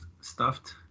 stuffed